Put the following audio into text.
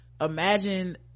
imagine